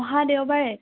অহা দেওবাৰে